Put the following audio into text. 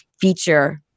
feature